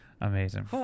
Amazing